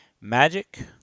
Magic